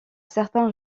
certains